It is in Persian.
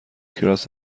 کراس